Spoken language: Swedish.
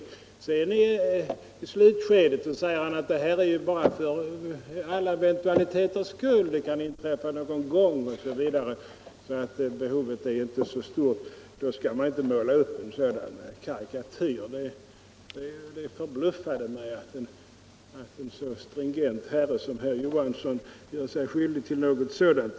I slutet av sitt anförande sade herr Johansson i Trollhättan att möjligheten bör finnas för alla eventualiteters skull; det kan inträffa någon gång att man behöver utnyttja den, behovet är inte så stort osv. I så fall skall man väl inte måla upp en sådan karikatyr. Jag blir förbluffad över att en så stringent herre som herr Johansson gör sig skyldig till något sådant.